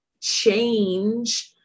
change